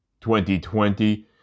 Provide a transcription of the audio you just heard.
2020